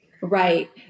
Right